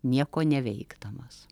nieko neveikdamas